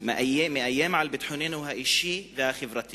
מאיים על ביטחוננו האישי והחברתי